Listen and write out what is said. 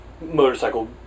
Motorcycle